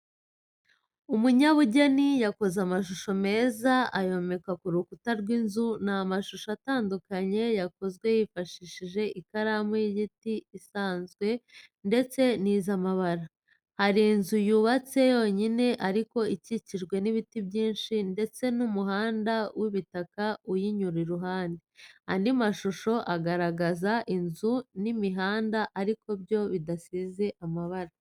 Umunyabugeni yakoze amashusho meza ayomeka ku rukuta rw'inzu, ni amashusho atandukanye yakozwe hifashishijwe ikaramu y'igiti isanzwe ndetse n'iz'amabara, hari inzu yubatse yonyine ariko ikikijwe n'ibiti byinshi ndetse n'umuhanda w'ibitaka uyinyura iruhande. Andi mashusho agaragaza inzu n'imihanda ariko byo bidasize amabara.